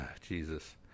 Jesus